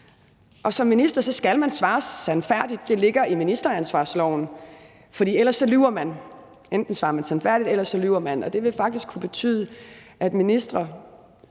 Og som minister skal man svare sandfærdigt – det ligger i ministeransvarsloven, for ellers lyver man; enten svarer man sandfærdigt, eller også lyver man – og det vil faktisk kunne betyde, at ministre,